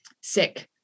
sick